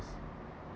s~